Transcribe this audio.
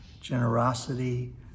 generosity